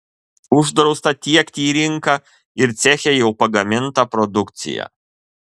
uždrausta tiekti į rinką ir ceche jau pagamintą produkciją